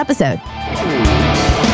episode